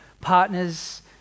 partners